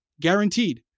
Guaranteed